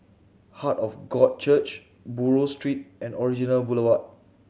Heart of God Church Buroh Street and Orchard Boulevard